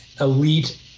elite